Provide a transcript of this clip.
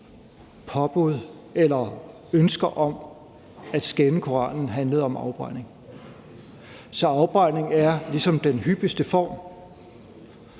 andet mere – ønsker om at skænde Koranen handlede om afbrænding, så afbrænding er ligesom den hyppigste form.